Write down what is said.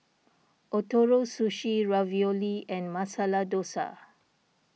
Ootoro Sushi Ravioli and Masala Dosa